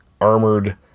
armored